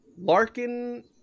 Larkin